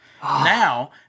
Now